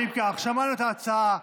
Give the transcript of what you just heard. שמענו את ההצעה,